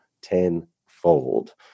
tenfold